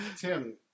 Tim